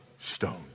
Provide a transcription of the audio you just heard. stone